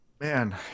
Man